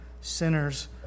sinners